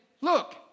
look